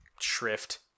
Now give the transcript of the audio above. shrift